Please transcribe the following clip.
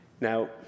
Now